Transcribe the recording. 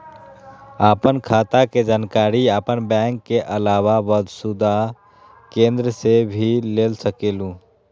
आपन खाता के जानकारी आपन बैंक के आलावा वसुधा केन्द्र से भी ले सकेलु?